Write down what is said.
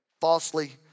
falsely